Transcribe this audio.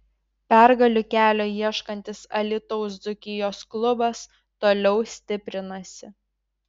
pergalių kelio ieškantis alytaus dzūkijos klubas toliau stiprinasi